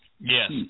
Yes